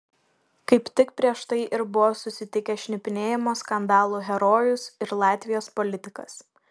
kaip tik prieš tai ir buvo susitikę šnipinėjimo skandalų herojus ir latvijos politikas